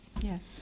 yes